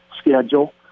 schedule